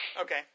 Okay